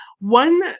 one